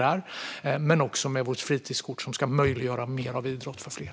Vi har också fritidskortet, som ska möjliggöra mer idrott för fler.